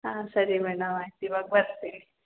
ಹಾಂ ಸರಿ ಮೇಡಮ್ ಆಯ್ತು ಇವಾಗ ಬರ್ತಿನಿ